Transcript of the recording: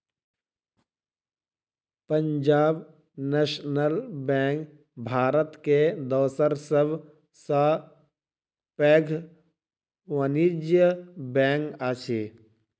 Punjab national bank Bharat के दोसर सब सॅ पैघ वाणिज्य बैंक अछि